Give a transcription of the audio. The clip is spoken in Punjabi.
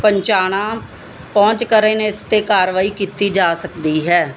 ਪਹੁੰਚਾਣਾ ਪਹੁੰਚ ਕਰ ਰਹੇ ਨੇ ਇਸ ਤੇ ਕਾਰਵਾਈ ਕੀਤੀ ਜਾ ਸਕਦੀ ਹੈ